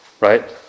Right